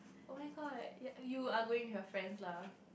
oh-my-god you you are going with your friends lah